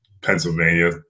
Pennsylvania